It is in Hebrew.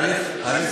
זה לא קורה כל יום.